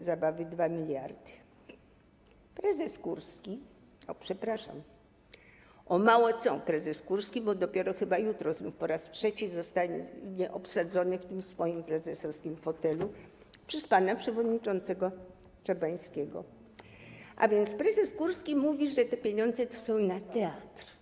zabawy, 2 mld. Prezes Kurski, o przepraszam, o mało co prezes Kurski, bo dopiero chyba jutro znów, po raz trzeci, zostanie obsadzony w tym swoim prezesowskim fotelu przez pana przewodniczącego Czabańskiego, a więc prezes Kurski mówi, że te pieniądze są na teatr.